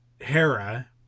Hera